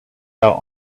out